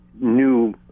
new